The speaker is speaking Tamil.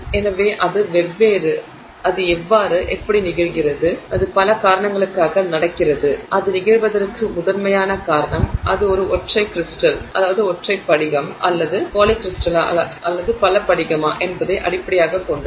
எனவே அது எவ்வாறு எப்படி நிகழ்கிறது அது பல காரணங்களுக்காக நடக்கிறது அது நிகழ்வதற்கு முதன்மையான காரணம் அது ஒரு ஒற்றை கிரிஸ்டலா அல்லது பாலிகிரிஸ்டலா என்பதை அடிப்படையாகக் கொண்டது